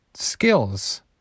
skills